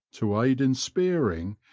to aid in spearing,